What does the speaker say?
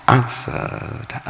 answered